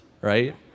right